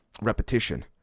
repetition